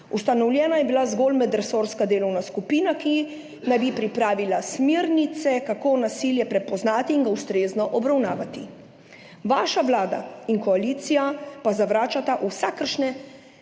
Ustanovljena je bila zgolj medresorska delovna skupina, ki naj bi pripravila smernice, kako nasilje prepoznati in ga ustrezno obravnavati, vaša vlada in koalicija pa zavračata vsakršne